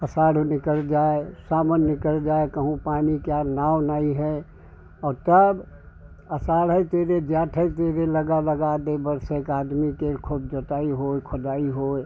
आषाढ़ो निकल जाए सावन निकल जाए कहीं पानी क्या नाव नहीं है और तब आषाढ़े तेरे जाते तेरे लगा लगा दे बरसे का आदमी को खूब जोताई हो खोदाई हो